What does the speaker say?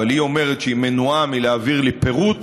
אבל היא אומרת שהיא מנועה מלהעביר לי פירוט,